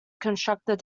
constructed